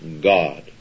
God